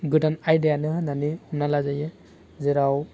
गोदान आयदायानो होन्नानै हमना लाजायो जेराव